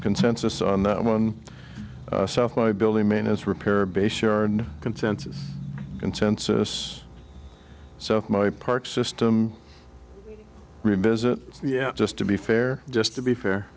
consensus on that one south my building maintenance repair bay share and consensus consensus so my park system revisit yeah just to be fair just to be fair